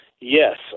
Yes